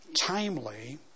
timely